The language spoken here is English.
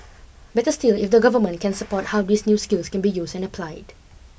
better still if the government can support how these new skills can be used and applied